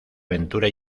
aventura